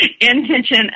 intention